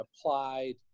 applied